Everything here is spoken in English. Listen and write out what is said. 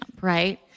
right